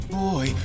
boy